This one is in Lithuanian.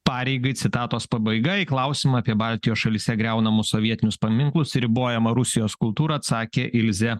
pareigai citatos pabaiga į klausimą apie baltijos šalyse griaunamus sovietinius paminklus ribojamą rusijos kultūrą atsakė ilzė